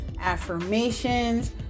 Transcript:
affirmations